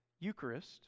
Eucharist